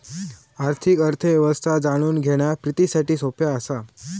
आर्थिक अर्थ व्यवस्था जाणून घेणा प्रितीसाठी सोप्या हा